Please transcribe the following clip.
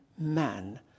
man